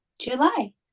July